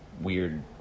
Weird